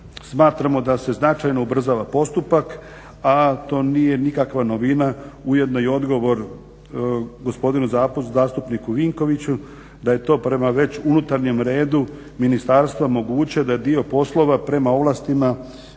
smatramo da se značajno ubrzava postupak a to nije nikakva novina ujedno i odgovor gospodinu zastupniku Vinkoviću, da je to već prema unutarnjem redu ministarstva moguće da je dio poslova prema ovlastima